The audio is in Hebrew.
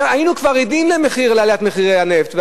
היינו כבר עדים לעליית מחירי הנפט והדלק,